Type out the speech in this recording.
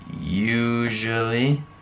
usually